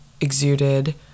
exuded